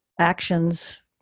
actions